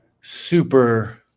super